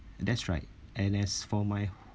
that's right and as for my